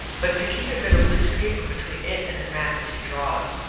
but to keep a bit of loose paper between it and the map as he draws.